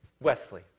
Wesley